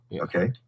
okay